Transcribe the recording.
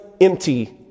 empty